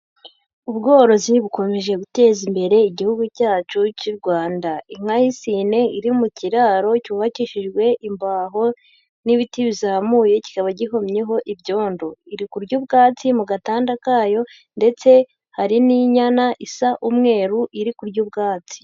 Ubworozi bukomeje guteza imbere igihugu cyacu cy'u Rwanda. Inka y'isine iri mu kiraro cyubakishijwe imbaho n'ibiti bizamuye kikaba gihumyeho ibyondo. Iri kurya ubwatsi mu gatanda kayo ndetse hari n'inyana isa umweru iri kurya ubwatsi.